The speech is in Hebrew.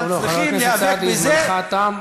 חבר הכנסת סעדי, זמנך תם.